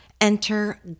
Enter